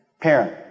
parent